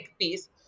piece